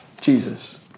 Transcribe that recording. Jesus